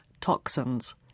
toxins